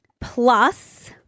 Plus